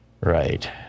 right